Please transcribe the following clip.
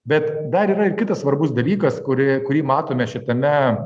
bet dar yra ir kitas svarbus dalykas kurį kurį matome šitame